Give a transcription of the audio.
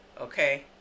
Okay